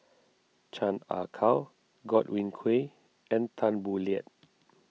Chan Ah Kow Godwin Koay and Tan Boo Liat